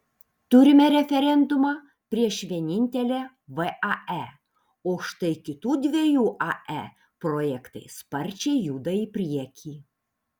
turime referendumą prieš vienintelę vae o štai kitų dviejų ae projektai sparčiai juda į priekį